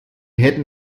hätten